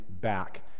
back